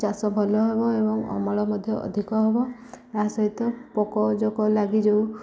ଚାଷ ଭଲ ହେବ ଏବଂ ଅମଳ ମଧ୍ୟ ଅଧିକ ହେବ ତା ସହିତ ପୋକଜୋକ ଲାଗିଯାଉ